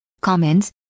comments